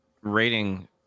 rating